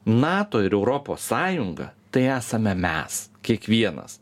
nato ir europos sąjunga tai esame mes kiekvienas